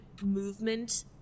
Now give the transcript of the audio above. movement